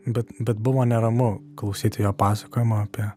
bet bet buvo neramu klausyti jo pasakojimo apie